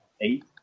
eight